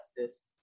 justice